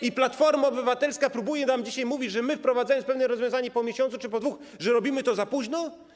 I Platforma Obywatelska próbuje nam dzisiaj mówić, że my, wprowadzając pewne rozwiązania po miesiącu czy po dwóch, robimy to za późno.